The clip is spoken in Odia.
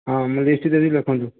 ହଁ ମୁଁ ଲିଷ୍ଟ୍ ଦେବି ଲେଖନ୍ତୁ